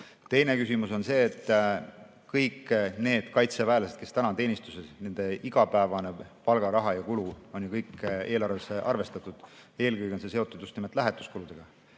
Teine on see, et kõikide nende kaitseväelaste, kes täna on teenistuses, igapäevane palgaraha ja kulu on ju kõik eelarvesse arvestatud ja eelkõige on see seotud just nimelt lähetuskuludega.